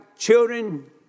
Children